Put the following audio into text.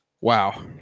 wow